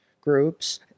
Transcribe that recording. groups